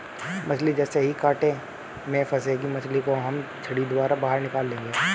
मछली जैसे ही कांटे में फंसेगी मछली को हम छड़ी द्वारा बाहर निकाल लेंगे